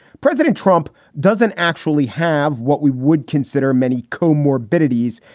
president trump doesn't actually have what we would consider many comorbidities,